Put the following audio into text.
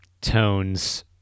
tones